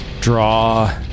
draw